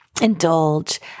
indulge